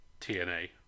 TNA